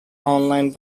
online